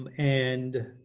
um and